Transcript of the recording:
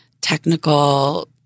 technical